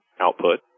output